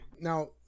Now